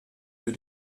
für